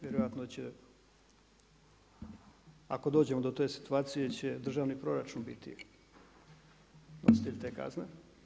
Vjerojatno će, ako dođemo do te situacije, će državni proračun biti nositelj te kazne.